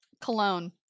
cologne